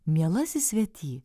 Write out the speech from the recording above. mielasis svety